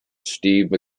steve